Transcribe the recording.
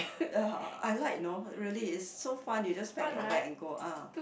ya I like you know really it's so fun you just pack your bag and go ah